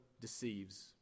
deceives